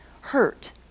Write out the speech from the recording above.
hurt